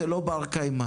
זה לא בר קיימא,